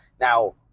Now